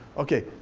okay,